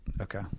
Okay